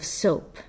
soap